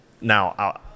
now